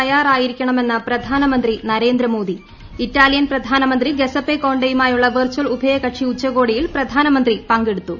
തയ്യാറായിരിക്കണമെന്ന് പ്രധാനമന്ത്രി നരേന്ദ്രമോദി ഇറ്റാലിയൻ പ്രധാനമന്ത്രി Giuseppe കോണ്ടെയുമായുള്ള virtual ഉഭയകക്ഷി ഉച്ചകോടിയിൽ പ്രധാനമന്ത്രി പങ്കെടുത്തു